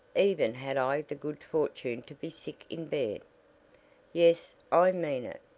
even had i the good fortune to be sick in bed. yes, i mean it!